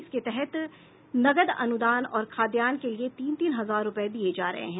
इसके तहत नकद अनुदान और खाद्यान्न के लिए तीन तीन हजार रूपये दिये जा रहे हैं